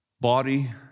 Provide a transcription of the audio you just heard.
Body